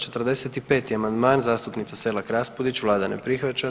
45. amandman zastupnice Selak Raspudić, vlada ne prihvaća.